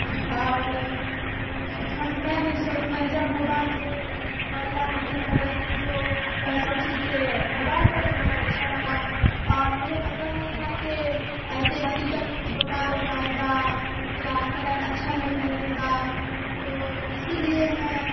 اور ہم میں نے سب میں جب موبائل سے آن لائن بکنگ کر رہی تھی تو میں سونچی کہ موبائل پر تو بہت اچھا لگا اور مجھے پتہ نہیں تھا کہ ایسے حقیقت میں چھوٹا ہو جائے گا یا کلر اچھا نہیں لگے گا تو اسی لیے میں